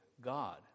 God